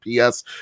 PS